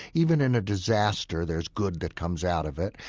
even in a disaster there's good that comes out of it.